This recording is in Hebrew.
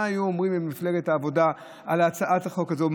מה היו אומרים במפלגת העבודה על הצעת החוק הזו.